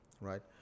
right